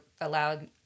allowed